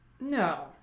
no